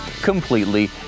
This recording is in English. completely